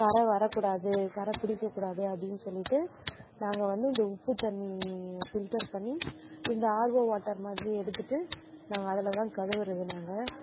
கறை வரக்கூடாது கறை பிடிக்கக் கூடாது அப்படின்னு சொல்லிவிட்டு நாங்கள் வந்து இந்த உப்பு தண்ணியை ஃபில்டர் பண்ணி இந்த ஆரோ வாட்டர் மாதிரி எடுத்துகிட்டு நாங்கள் அதில் தான் கழுவுவது நாங்கள்